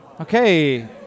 Okay